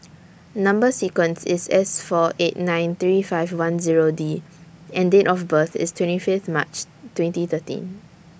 Number sequence IS S four eight nine three five one Zero D and Date of birth IS twenty Fifth March twenty thirteen